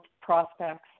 prospects